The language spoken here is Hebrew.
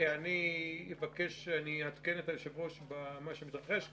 אני אעדכן את היושב-ראש במה שמתרחש כאן,